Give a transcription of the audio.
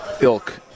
ilk